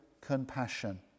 compassion